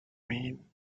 mean